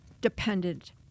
dependent